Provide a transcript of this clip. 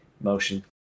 motion